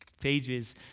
pages